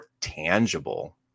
tangible